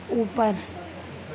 ऊपर